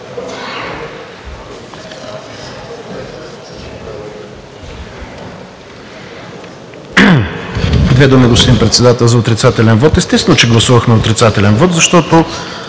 Две думи, господин Председател, за отрицателен вот. Естествено, че гласувахме отрицателен вот, защото